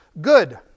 Good